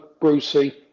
Brucey